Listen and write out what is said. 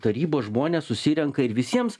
tarybos žmonės susirenka ir visiems